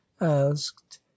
asked